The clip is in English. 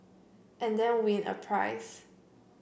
and then win a prize